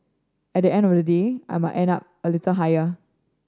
at the end of the day I might end up a little higher